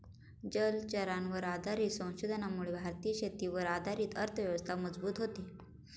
जलचरांवर आधारित संशोधनामुळे भारतीय शेतीवर आधारित अर्थव्यवस्था मजबूत होते